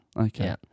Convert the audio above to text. Okay